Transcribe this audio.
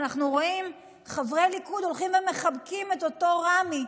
אנחנו רואים חברי ליכוד הולכים ומחבקים את אותו רמי,